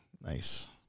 Nice